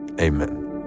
amen